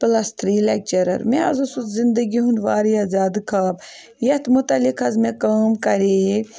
plus three lecturer مےٚ حظ اوس سُہ زِندگی ہُنٛد واریاہ زیادٕ خاب یَتھ متعلق حظ مےٚ کٲم کَرے